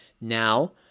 Now